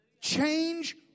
change